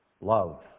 love